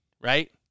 right